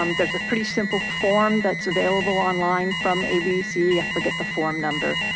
um there's a pretty simple form that's available online from abc, i forget the form number.